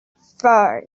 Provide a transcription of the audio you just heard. four